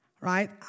Right